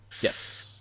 Yes